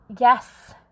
yes